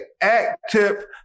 active